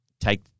take